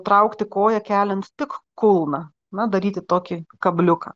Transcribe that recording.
traukti koją keliant tik kulną na daryti tokį kabliuką